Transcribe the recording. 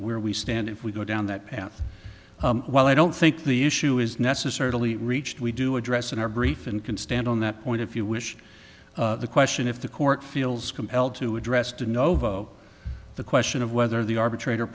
where we stand if we go down that path well i don't think the issue is necessarily reached we do address in our brief and can stand on that point if you wish the question if the court feels compelled to address de novo the question of whether the arbitrator